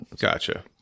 Gotcha